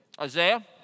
Isaiah